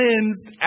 cleansed